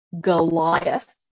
Goliath